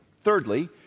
Thirdly